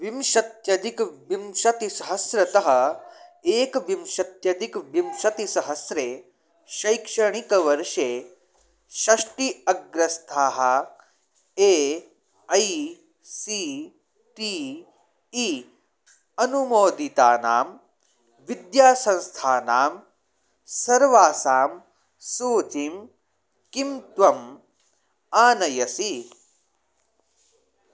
विंशत्यधिकविंशतिसहस्रतः एकविंशत्यधिकं विंशतिसहस्रे शैक्षणिकवर्षे षष्टिः अग्रस्थाः A I C T E अनुमोदितानां विद्यासंस्थानां सर्वासां सूचीं किं त्वम् आनयसि